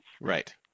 right